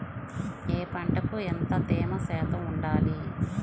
ఏ పంటకు ఎంత తేమ శాతం ఉండాలి?